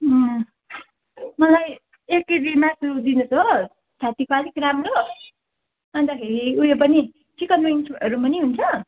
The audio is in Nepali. मलाई एक केजी मासु दिनुहोस् हो छात्तीको आलिक राम्रो अन्तखेरि उयो पनि चिकन विङ्ग्सहरू पनि हुन्छ